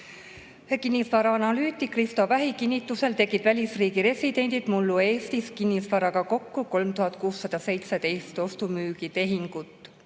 Kinnisvaraanalüütik Risto Vähi kinnitusel tegid välisriigi residendid mullu Eestis kinnisvaraga kokku 3617 ostu-müügitehingut.